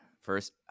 first